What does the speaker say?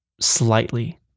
Slightly